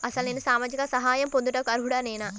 అసలు నేను సామాజిక సహాయం పొందుటకు అర్హుడనేన?